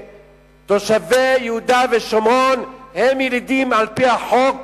ותושבי יהודה ושומרון הם ילידים על-פי החוק